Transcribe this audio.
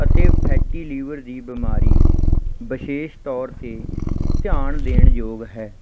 ਅਤੇ fatty liver ਦੀ ਬਿਮਾਰੀ ਵਿਸ਼ੇਸ਼ ਤੌਰ 'ਤੇ ਧਿਆਨ ਦੇਣ ਯੋਗ ਹੈ